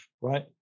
Right